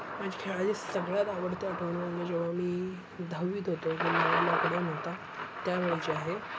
माझी जी खेळातली सगळ्यात आवडती आठवण म्हणजे जेव्हा मी दहावीत होतो त्यावेळची आहे